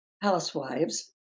housewives